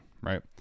right